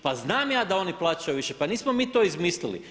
Pa znam ja da oni plaćaju više, pa nismo mi to izmislili.